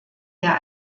der